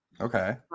Okay